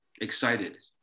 excited